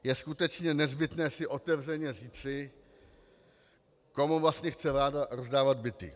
Je skutečně nezbytné si otevřeně říci, komu vlastně chce vláda rozdávat byty.